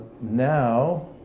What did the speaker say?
now